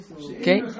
okay